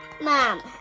Mom